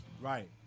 Right